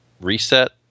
reset